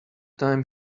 time